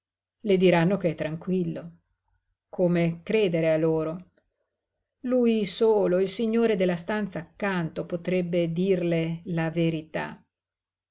le diranno che è tranquillo come credere a loro lui solo il signore della stanza accanto potrebbe dirle la verità